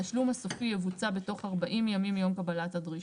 התשלום הסופי יבוצע בתוך 40 ימים מיום קבלת הדרישה.